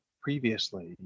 previously